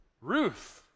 Ruth